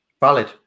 Valid